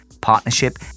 partnership